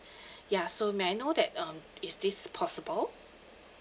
ya so may I know that um is this possible